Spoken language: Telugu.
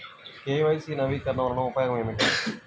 కే.వై.సి నవీకరణ వలన ఉపయోగం ఏమిటీ?